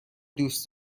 دوست